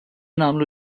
nagħmlu